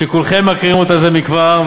שכולכם מכירים אותה זה מכבר,